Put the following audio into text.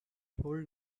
told